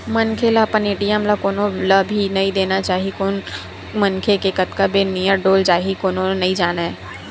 मनखे ल अपन ए.टी.एम ल कोनो ल भी नइ देना चाही कोन मनखे के कतका बेर नियत डोल जाही कोनो नइ जानय